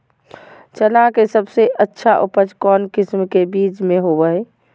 चना के सबसे अच्छा उपज कौन किस्म के बीच में होबो हय?